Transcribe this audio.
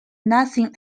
nothing